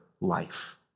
life